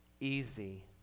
easy